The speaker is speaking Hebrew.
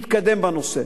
מתקדם בנושא.